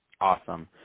Awesome